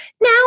Now